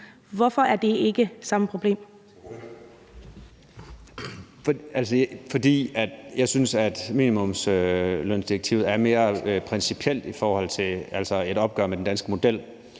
Christoffer Aagaard Melson (V): Jeg synes, at minimumslønsdirektivet er mere principielt i forhold til et opgør med den danske model.